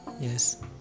Yes